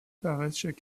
paraissent